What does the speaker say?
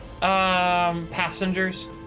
passengers